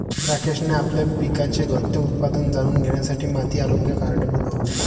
राकेशने आपल्या पिकाचे घटते उत्पादन जाणून घेण्यासाठी माती आरोग्य कार्ड बनवले